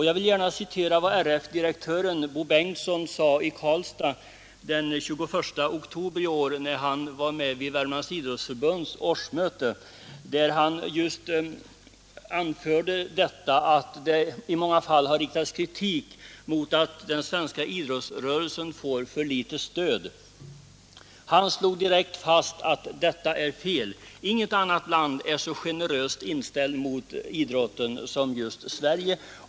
Jag vill gärna citera vad RF-direktören Bo Bengtson sade i Karlstad den 21 oktober i år, när han var med vid Värmlands idrottsförbunds årsmöte. Han anförde då i att det i många fall har riktats kritik mot att den svenska idrottsrörelsen får, som man anser, för litet stöd. Han slog direkt fast att detta påstående är fel. Inget annat land är så generöst inställt mot idrotten som just Sverige.